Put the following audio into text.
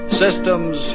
systems